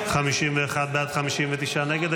51 בעד, 59 נגד.